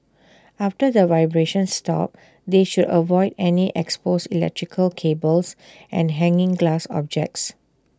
after the vibrations stop they should avoid any exposed electrical cables and hanging glass objects